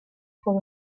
for